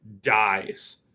dies